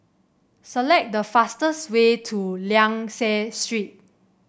select the fastest way to Liang Seah Street